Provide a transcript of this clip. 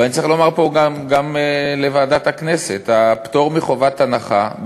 אני צריך לומר פה גם לוועדת הכנסת: הפטור מחובת הנחה,